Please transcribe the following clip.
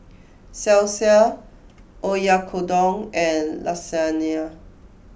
Salsa Oyakodon and Lasagna